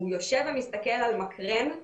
הוא יושב ומסתכל על מקרן,